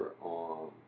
on